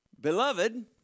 Beloved